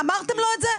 אמרתם לו את זה?